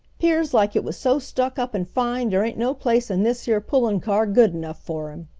pears like it was so stuck up an fine dar ain't no place in dis yere pullin car good nough fer him.